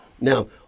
Now